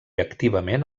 activament